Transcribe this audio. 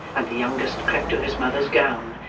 and the youngest crept to his mother's gown,